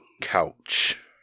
couch